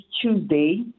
Tuesday